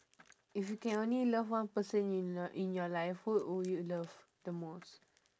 if you can only love one person in your in your life who would you love the most